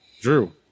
Drew